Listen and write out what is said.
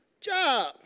job